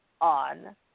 On